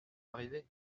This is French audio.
arrivée